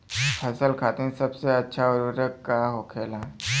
फसल खातीन सबसे अच्छा उर्वरक का होखेला?